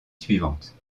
suivante